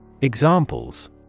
Examples